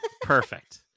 perfect